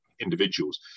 individuals